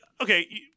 Okay